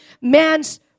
man's